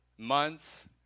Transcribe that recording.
months